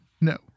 No